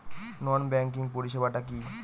নন banking পরিষেবা টা কি?